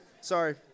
Sorry